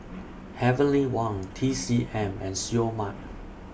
Heavenly Wang T C M and Seoul Mart